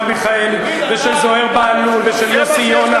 מיכאלי ושל זוהיר בהלול ושל יוסי יונה,